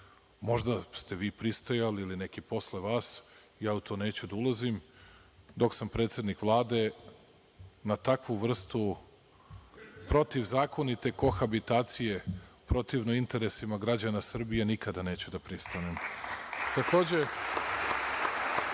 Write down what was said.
Možda ste vi pristajali, ili neki posle vas, ja u to neću da ulazim. Dok sam predsednik Vlade, na takvu vrstu protivzakonite kohabitacije protivno interesima građanima Srbije nikada neću da pristanem. Takođe,